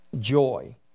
joy